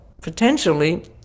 potentially